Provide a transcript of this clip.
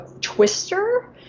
Twister